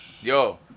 Yo